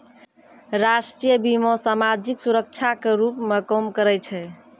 राष्ट्रीय बीमा, समाजिक सुरक्षा के रूपो मे काम करै छै